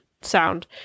sound